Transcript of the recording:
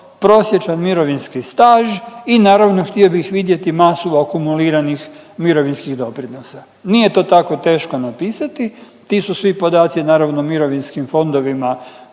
prosječan mirovinski staž i naravno htio bih vidjeti masu akumuliranih mirovinskih doprinosa. Nije to tako teško napisati, ti su svi podaci naravno mirovinskim fondovima